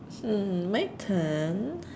mm my turn